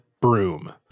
broom